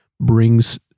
brings